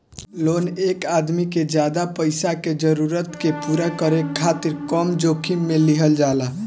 loan एक आदमी के ज्यादा पईसा के जरूरत के पूरा करे खातिर कम जोखिम में लिहल जाला